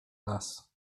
las